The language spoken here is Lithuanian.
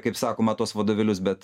kaip sakoma tuos vadovėlius bet